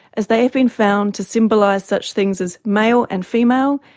as they have been found to symbolise such things as male and female,